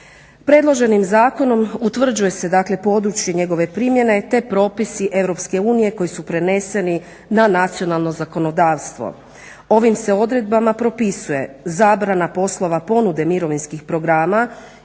Predloženim zakonom utvrđuje se dakle područje njegove primjene te propisi EU koji su preneseni na nacionalno zakonodavstvo. Ovim se odredbama propisuje zabrana poslova ponude mirovinskih programa